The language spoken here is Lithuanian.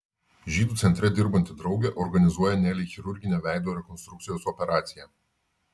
žydų centre dirbanti draugė organizuoja nelei chirurginę veido rekonstrukcijos operaciją